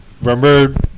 Remember